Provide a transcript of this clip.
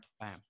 Bam